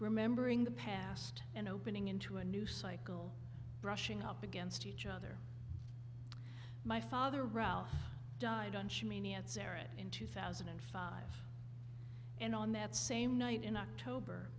remembering the past and opening into a new cycle brushing up against each other my father ralph died on me at sarah in two thousand and five and on that same night in october